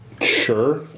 Sure